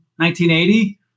1980